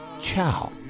ciao